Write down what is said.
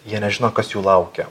jie nežino kas jų laukia